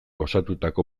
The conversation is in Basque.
osatutako